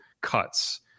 cuts